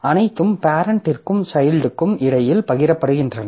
அனைத்தும் பேரெண்ட்டிற்கும் சைல்ட்க்கும் இடையில் பகிரப்படுகின்றன